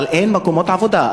אבל אין מקומות עבודה.